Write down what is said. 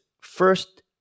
First